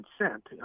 consent